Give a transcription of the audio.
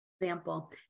example